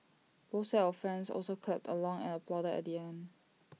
both of fans also clapped along and applauded at the end